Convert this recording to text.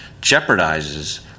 jeopardizes